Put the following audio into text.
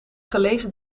gelezen